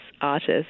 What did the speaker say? artist